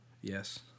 Yes